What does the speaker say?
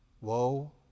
Woe